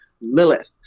Lilith